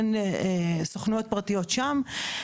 מעין סוכנויות פרטיות שם,